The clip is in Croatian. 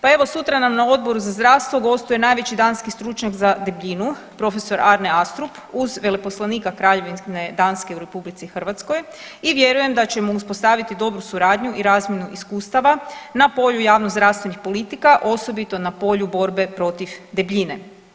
Pa evo sutra nam na Odboru za zdravstvo gostuje najveći danski stručnjak za debljinu prof. Arne Astrup uz veleposlanika Kraljevine Danske u RH i vjerujem da ćemo uspostaviti dobru suradnju i razmjenu iskustava na polju javnozdravstvenih politika, osobito na polju borbe protiv debljine.